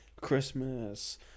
Christmas